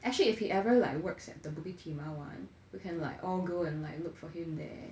actually if he ever like works at the bukit timah [one] we can like all go and like look for him there